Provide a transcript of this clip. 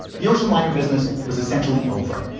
the ocean liner business was essentially over.